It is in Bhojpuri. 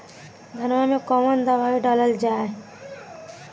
धान मे कवन दवाई डालल जाए?